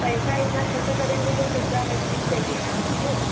पैसा इतना खर्चा करेंगे तो सुविधा हर चीज चहिए न हमको